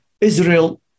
Israel